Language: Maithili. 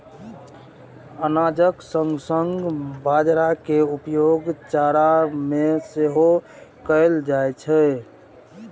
अनाजक संग संग बाजारा के उपयोग चारा मे सेहो कैल जाइ छै